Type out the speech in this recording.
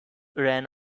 ran